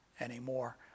anymore